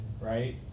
Right